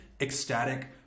ecstatic